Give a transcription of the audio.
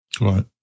Right